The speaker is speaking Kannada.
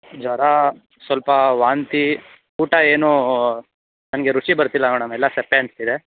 ಜ್ವರ ಸ್ವಲ್ಪ ವಾಂತಿ ಊಟ ಏನು ನನಗೆ ರುಚಿ ಬರ್ತಿಲ್ಲ ಮೇಡಮ್ ಎಲ್ಲ ಸಪ್ಪೆ ಅನಿಸ್ತಿದೆ